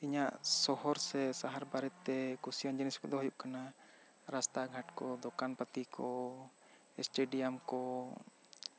ᱤᱧᱟ ᱜ ᱥᱚᱦᱚᱨ ᱥᱮ ᱥᱟᱦᱟᱨ ᱵᱟᱨᱮ ᱛᱮ ᱠᱩᱥᱤᱭᱟᱱ ᱡᱤᱱᱤᱥ ᱠᱚ ᱫᱚ ᱦᱩᱭᱩᱜ ᱠᱟᱱᱟ ᱨᱟᱥᱛᱟ ᱜᱷᱟᱴ ᱠᱚ ᱫᱚᱠᱟᱱ ᱯᱟᱛᱤ ᱠᱚ ᱤᱥᱴᱮᱰᱤᱭᱟᱢ ᱠᱚ